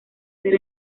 ser